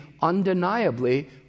undeniably